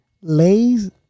Lays